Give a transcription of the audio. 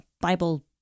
Bible